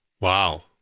Wow